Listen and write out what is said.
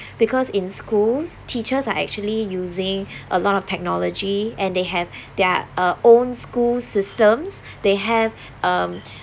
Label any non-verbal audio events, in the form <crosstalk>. because in schools teachers are actually using <breath> a lot of technology and they have their uh own school systems they have <breath> um